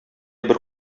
бер